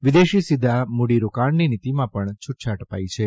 વિદેશી સીધા મૂડીરોકાણની નીતીમાં પણ છૂટછાટ અપાઇ છે